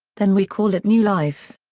then we call it new life.